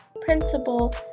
principal